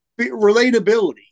relatability